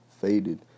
faded